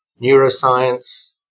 neuroscience